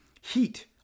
heat